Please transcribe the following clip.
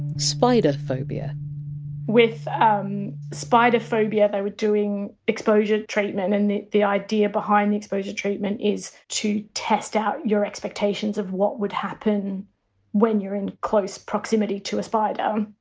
spider phobia with um spider phobia, they were doing exposure treatment, and the the idea behind the exposure treatment is to test out your expectations of what would happen when you're in close proximity to a spider. um